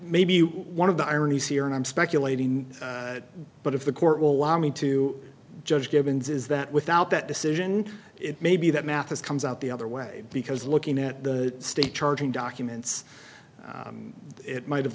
maybe one of the ironies here and i'm speculating but if the court will allow me to judge gibbons is that without that decision it may be that mathis comes out the other way because looking at the state charging documents it might have